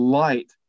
light